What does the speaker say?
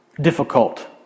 difficult